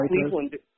Cleveland